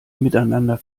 miteinander